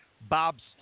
Bob's